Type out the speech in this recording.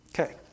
Okay